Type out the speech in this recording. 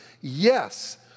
yes